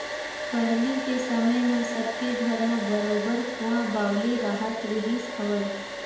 पहिली के समे म सब के घर म बरोबर कुँआ बावली राहत रिहिस हवय